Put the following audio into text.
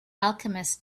alchemists